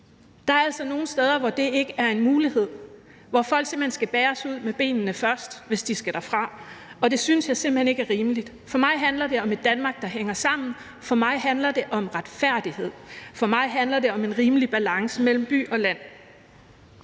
Der er altså nogle steder, hvor det ikke er en mulighed, hvor folk simpelt hen skal bæres ud med benene først, hvis de skal derfra, og det synes jeg simpelt hen ikke er rimeligt. For mig handler det om et Danmark, der hænger sammen, for mig handler det om retfærdighed, for mig handler det om en rimelig balance mellem land